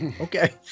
okay